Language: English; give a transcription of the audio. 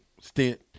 stint